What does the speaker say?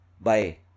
Bye